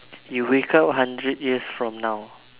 you wake up hundred years from now